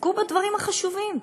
תתעסקו בדברים החשובים,